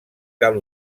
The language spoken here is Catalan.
cal